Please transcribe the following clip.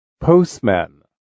postman